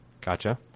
Gotcha